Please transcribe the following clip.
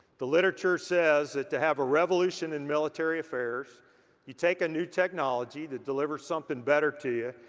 the literature says, that to have a revolution in military affairs you take a new technology that delivers something better to you,